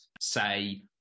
say